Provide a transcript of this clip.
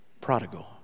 prodigal